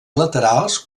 laterals